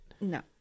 No